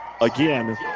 again